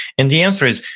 and the answer is,